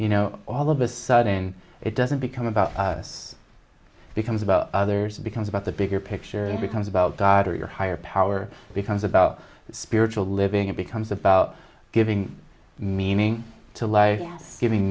you know all of a sudden it doesn't become about us becomes about others it becomes about the bigger picture and becomes about god or your higher power becomes about spiritual living it becomes about giving meaning to life giving